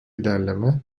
ilerleme